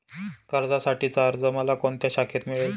कर्जासाठीचा अर्ज मला कोणत्या शाखेत मिळेल?